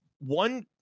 one